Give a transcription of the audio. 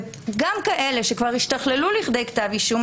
וגם באלו שכן השתכללו לכדי כתב אישום,